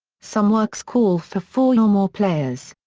some works call for four or more players.